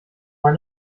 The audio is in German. ein